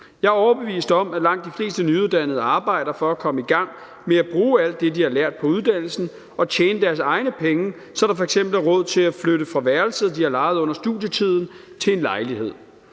Jeg er overbevist om, at langt de fleste nyuddannede arbejder for at komme i gang med at bruge alt det, som de har lært på uddannelsen, og tjene deres egne penge, så der f.eks. er råd til at flytte fra værelset, som de har lejet under studietiden, til en lejlighed.